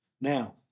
Now